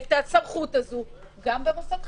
את הסמכות הזאת גם במוסד חינוכי?